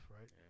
right